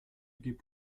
gibt